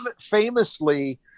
famously